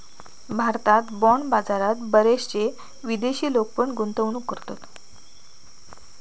भारतात बाँड बाजारात बरेचशे विदेशी लोक पण गुंतवणूक करतत